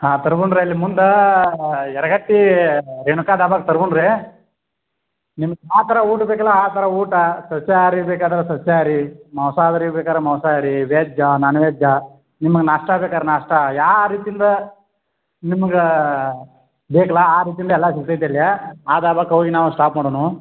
ಹಾಂ ತಿರ್ಗೋಣ ರೀ ಅಲ್ಲಿ ಮುಂದೆ ಎರಗಟ್ಟಿ ರೇಣುಕಾ ದಾಬಾಗೆ ತಿರ್ಗುಣ್ ರೀ ನಿಮ್ಗೆ ಯಾವ ಥರ ಊಟ ಬೇಕಲ್ಲ ಆ ಥರ ಊಟ ಸಸ್ಯಾಹಾರಿ ಬೇಕಾದ್ರೆ ಸಸ್ಯಾಹಾರಿ ಮಾಂಸಾಹಾರಿ ಬೇಕಾರೆ ಮಾಂಸಾಹಾರಿ ವೆಜ್ಜಾ ನಾನ್ವೆಜ್ಜಾ ನಿಮಗೆ ನಾಷ್ಟಾ ಬೇಕಾರೆ ನಾಷ್ಟಾ ಯಾವ ರೀತಿಂದ ನಿಮ್ಗೆ ಬೇಕಾ ಆ ರೀತಿಂದ ಎಲ್ಲ ಸಿಗ್ತೈತೆ ಇಲ್ಲಿ ಆ ದಾಬಾಕ್ಕೋಗಿ ನಾವು ಸ್ಟಾಪ್ ಮಾಡೋಣ